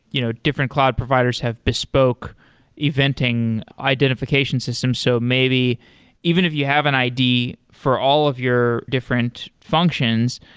you know different cloud providers have bespoke bespoke eventing identification systems, so maybe even if you have an id for all of your different functions,